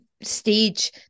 Stage